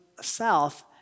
south